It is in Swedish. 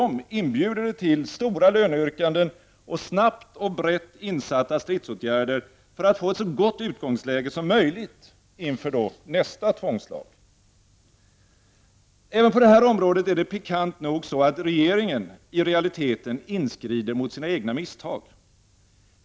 Det inbjuder tvärtom till stora löneyrkanden, och snabbt och brett in satta stridsåtgärder, för att man skall få ett så gott utgångsläge som möjligt inför nästa tvångslag. Även på detta område är det pikant nog så att regeringen i realiteten inskrider mot sina egna misstag.